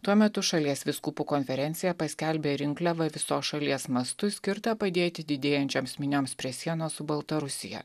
tuo metu šalies vyskupų konferencija paskelbė rinkliavą visos šalies mastu skirtą padėti didėjančioms minioms prie sienos su baltarusija